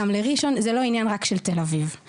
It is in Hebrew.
גם לראשון לציון זה לא עניין רק של תל אביב.